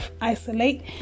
isolate